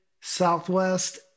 Southwest